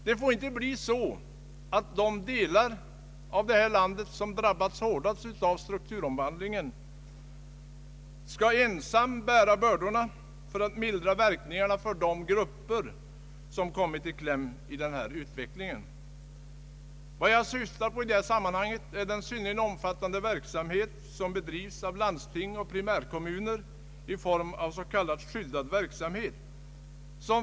Det får inte bli så att de delar av landet som drabbats hårdast av strukturomvandlingen också skall bära bördorna för att mildra verkningarna för de grupper som kommit i kläm i utvecklingen. Vad jag syftar på i sammanhanget är den synnerligen omfattande verksamhet som bedrivs av landsting och primärkommuner i form av s.k. skyddade verkstäder.